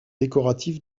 décoratif